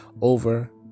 over